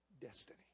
destiny